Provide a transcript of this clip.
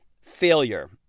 Failure